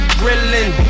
grilling